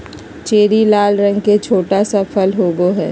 cherry लाल रंग के छोटा सा फल होबो हइ